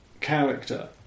character